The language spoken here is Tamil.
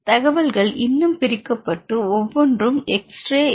தகவல்கள் இன்னும் பிரிக்கப்பட்டு ஒவ்வொன்றும் எக்ஸ் ரே என்